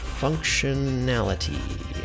functionality